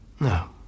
No